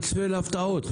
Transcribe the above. שתצפה להפתעות.